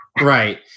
Right